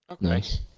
Nice